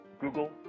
Google